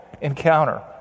encounter